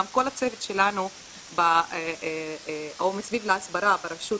גם כל הצוות שלנו או מסביב להסברה ברשות